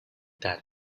that